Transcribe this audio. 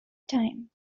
time